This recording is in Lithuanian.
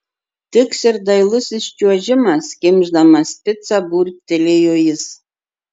tiks ir dailusis čiuožimas kimšdamas picą burbtelėjo jis